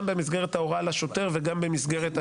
גם במסגרת ההוראה לשוטר וגם במסגרת...